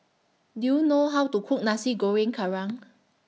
Do YOU know How to Cook Nasi Goreng Kerang